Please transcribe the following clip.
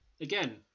Again